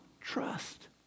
trust